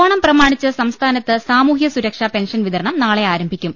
ഓണം പ്രമാണിച്ച് സംസ്ഥാനത്ത് സാമൂഹൃ സുരക്ഷാപെൻഷൻ വിതരണം നാളെ ആരംഭിക്കും